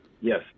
Yes